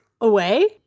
away